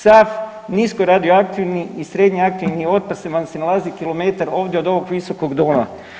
Sav nisko radioaktivni i srednje aktivni otpad vam se nalazi kilometar ovdje od ovog visokog doma.